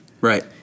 Right